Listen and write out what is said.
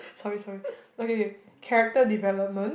sorry sorry okay okay character development